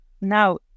now